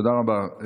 תודה רבה.